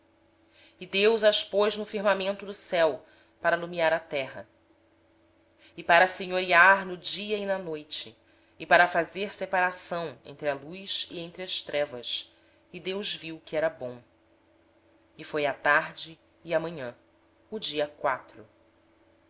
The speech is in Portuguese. deus os pôs no firmamento do céu para alumiar a terra para governar o dia e a noite e para fazer separação entre a luz e as trevas e viu deus que isso era bom e foi a tarde e a manhã o dia